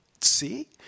see